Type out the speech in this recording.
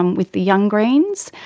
um with the young greens,